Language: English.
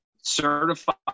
certified